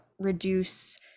reduce